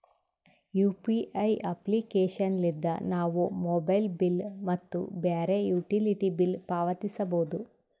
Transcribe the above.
UPI application ಲಿದ್ದ ನಾವು mobile bill ಮತ್ತು ಬ್ಯಾರೆ ಯುಟಿಲಿಟಿ ಬಿಲ್ ಪಾವತಿಸಬೋದು